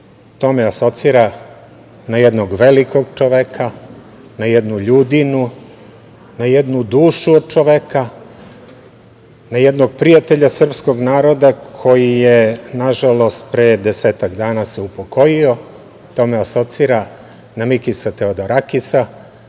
to me asocira na jednog velikog čoveka, na jednu ljudinu, na jednu dušu od čoveka, na jednog prijatelja srpskog naroda, koji je, nažalost, pre desetak dana se upokojio. To me asocira na Mikisa Teodorakisa,